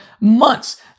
months